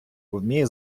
вміє